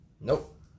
Nope